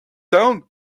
down